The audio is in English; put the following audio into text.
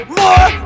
more